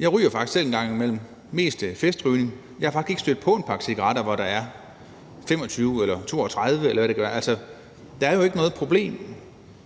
Jeg ryger faktisk selv en gang imellem – mest festrygning – og jeg er faktisk ikke stødt på en pakke cigaretter, hvor der er 25 eller 32 stk. i, eller hvad antallet kan være. Altså, der er jo ikke noget problem.